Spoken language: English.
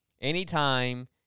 anytime